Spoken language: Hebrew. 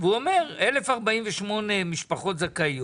והוא אומר: 1,048 משפחות זכאיות,